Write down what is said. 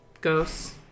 Ghosts